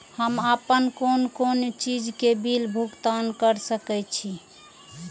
हम आपन कोन कोन चीज के बिल भुगतान कर सके छी?